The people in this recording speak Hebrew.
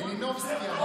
מלינובסקי.